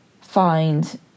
find